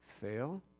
fail